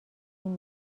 این